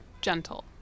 gentle